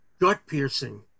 gut-piercing